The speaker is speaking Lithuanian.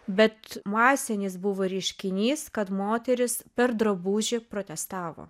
bet masinis buvo reiškinys kad moterys per drabužį protestavo